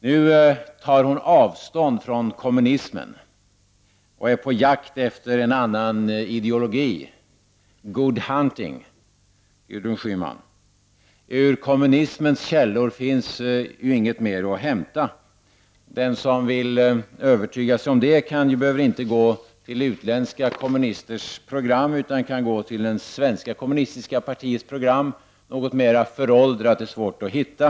Nu tar hon avstånd från kommunismen och är på jakt efter en annan ideologi. Good hunting, Gudrun Schyman! Ur kommunismens källor finns inget mer att hämta. Den som vill övertyga sig om det behöver inte gå till utländska kommunisters program utan det räcker att gå till det svenska kommunistiska partiets program — något mera föråldrat är svårt att hitta.